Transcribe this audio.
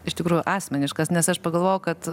iš tikrųjų asmeniškas nes aš pagalvojau kad